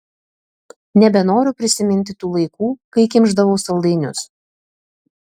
nebenoriu prisiminti tų laikų kai kimšdavau saldainius